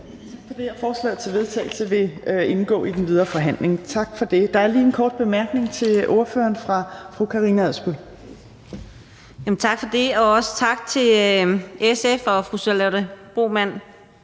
Tak for det. Forslaget til vedtagelse vil indgå i de videre forhandlinger. Der er lige en kort bemærkning til ordføreren fra fru Karina Adsbøl. Kl. 17:32 Karina Adsbøl (DF): Tak for det, og også tak til SF og fru Charlotte Broman